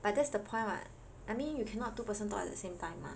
but that's the point [what] I mean you cannot two person talk at the same time mah